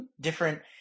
different